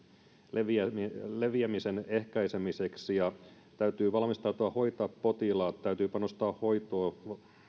leviämisen leviämisen ehkäisemiseksi ja toisaalta täytyy valmistautua hoitamaan potilaat täytyy panostaa hoitoon